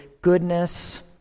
goodness